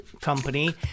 company